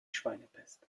schweinepest